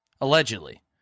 allegedly